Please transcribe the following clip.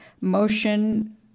motion